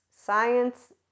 Science